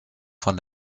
von